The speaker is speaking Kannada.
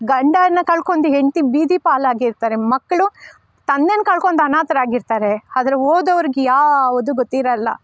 ಗಂಡನ ಕಳ್ಕೊಂಡು ಹೆಂಡತಿ ಬೀದಿಪಾಲಾಗಿರ್ತಾರೆ ಮಕ್ಕಳು ತಂದೆನ ಕಳ್ಕೊಂಡು ಅನಾಥರಾಗಿರ್ತಾರೆ ಆದ್ರೆ ಹೋದೋರ್ಗೆ ಯಾವುದು ಗೊತ್ತಿರಲ್ಲ